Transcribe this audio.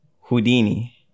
Houdini